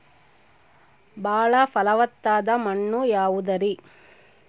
ಬಾಳ ಫಲವತ್ತಾದ ಮಣ್ಣು ಯಾವುದರಿ?